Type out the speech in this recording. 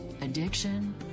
addiction